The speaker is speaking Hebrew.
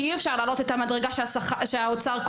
כי אי אפשר להעלות את המדרגה שהאוצר קובע.